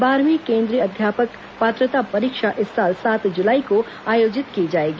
बारहवीं केंद्रीय अध्यापक पात्रता परीक्षा इस साल सात जुलाई को आयोजित की जाएगी